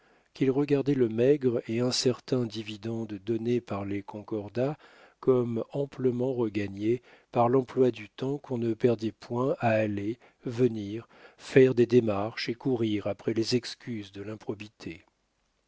qu'il regardait le maigre et incertain dividende donné par les concordats comme amplement regagné par l'emploi du temps qu'on ne perdait point à aller venir faire des démarches et courir après les excuses de l'improbité